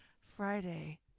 Friday